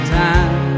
time